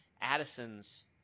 Addison's